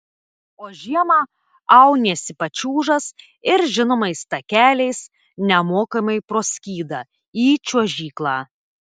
o žiemą auniesi pačiūžas ir žinomais takeliais nemokamai pro skydą į čiuožyklą